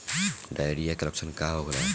Diarrhoea के लक्षण का होला?